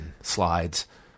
slides